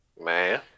Man